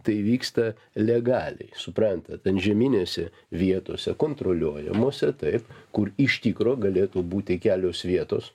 tai vyksta legaliai suprantat antžeminėse vietose kontroliuojamose taip kur iš tikro galėtų būti kelios vietos